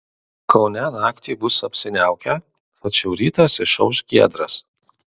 kaune naktį bus apsiniaukę tačiau rytas išauš giedras